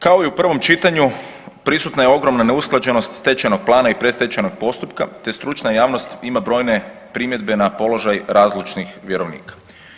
Kao i u prvom čitanju prisutna je ogromna neusklađenost stečajnog plana i predstečajnog postupka, te stručna javnost ima brojne primjedbe na položaj razlučnih vjerovnika.